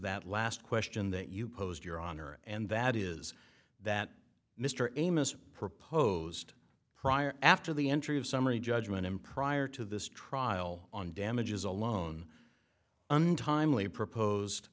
that last question that you posed your honor and that is that mr amos proposed prior after the entry of summary judgment and prior to this trial on damages alone untimely proposed